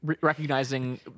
recognizing